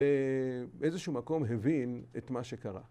באיזשהו מקום הבין את מה שקרה